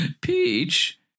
peach